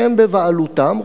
שהן בבעלותם.